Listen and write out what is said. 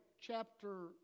chapter